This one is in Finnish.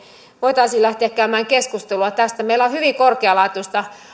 voitaisiin lähteä käymään keskustelua tästä asiasta meillä on hyvin korkealaatuista